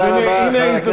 אז הנה ההזדמנות.